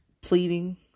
pleading